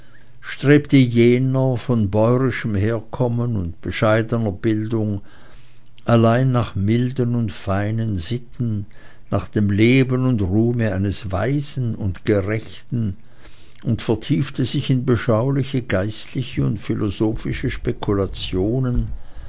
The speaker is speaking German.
strebte jener von bäuerischem herkommen und bescheidener bildung allein nach milden und feinen sitten nach dem leben und ruhme eines weisen und gerechten und vertiefte sich in beschauliche geistliche und philosophische spekulationen